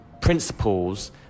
principles